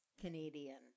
Canadian